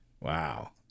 Wow